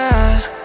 ask